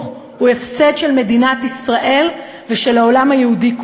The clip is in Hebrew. הוא הפסד של מדינת ישראל ושל העולם היהודי כולו.